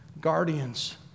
guardians